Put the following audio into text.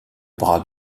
bras